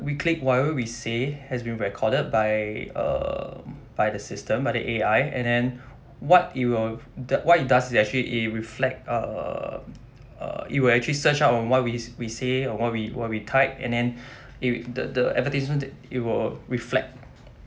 we click whatever we say has been recorded by um by the system by the A_I and then what it will the what it does is actually it reflect um uh it will actually search out on what we s~ we say or what we what we type and then it wi~ the the advertisement it will reflect